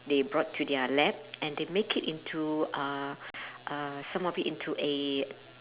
they brought to their lab and they make it into uh um some of it into a